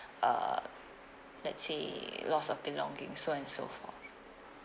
uh let's say loss of belongings so and so forth